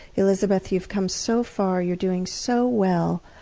elizabeth, you've come so far, you're doing so well,